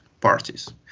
parties